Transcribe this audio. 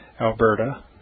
Alberta